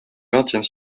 vingtième